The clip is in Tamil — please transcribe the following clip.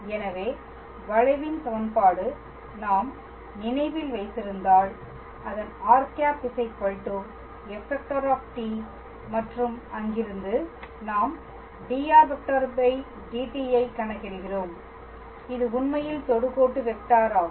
எனவே வளைவின் சமன்பாடு நாம் நினைவில் வைத்திருந்தால் அதன் r ⃗ f⃗ மற்றும் அங்கிருந்து நாம் dr dt ஐக் கணக்கிடுகிறோம் இது உண்மையில் தொடுகோட்டு வெக்டார் ஆகும்